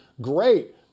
great